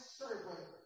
servant